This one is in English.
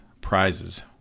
prizes